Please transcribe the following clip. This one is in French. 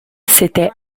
c’était